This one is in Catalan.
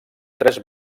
tres